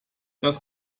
das